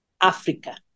Africa